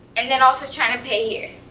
and then also trying to pay here.